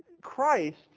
Christ